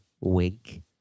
Wink